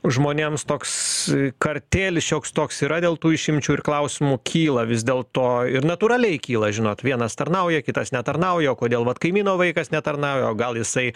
žmonėms toks kartėlis šioks toks yra dėl tų išimčių ir klausimų kyla vis dėl to ir natūraliai kyla žinot vienas tarnauja kitas netarnauja o kodėl vat kaimyno vaikas netarnauja o gal jisai